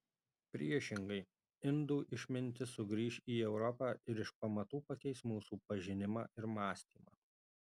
priešingai indų išmintis sugrįš į europą ir iš pamatų pakeis mūsų pažinimą ir mąstymą